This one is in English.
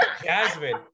Jasmine